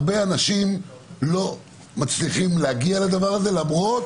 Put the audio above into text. הרבה אנשים לא מצליחים להגיע לדבר הזה למרות